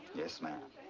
yes, ma'am.